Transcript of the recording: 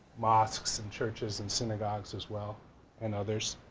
mosques and churches and synagogues as well and others